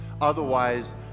Otherwise